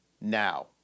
now